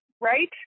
Right